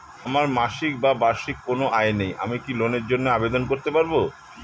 আমার মাসিক বা বার্ষিক কোন আয় নেই আমি কি লোনের জন্য আবেদন করতে পারব?